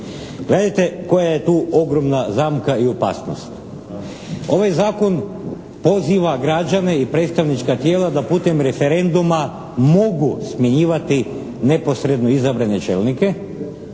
Gledajte koja je tu ogromna zamka i opasnost. Ovaj zakon poziva građane i predstavnička tijela da putem referenduma mogu smjenjivati neposredno izabrane čelnike,